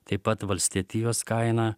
taip pat valstietijos kaina